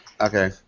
Okay